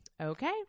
Okay